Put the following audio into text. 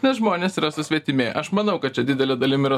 nes žmonės yra susvetimėję aš manau kad čia didele dalim yra